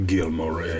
Gilmore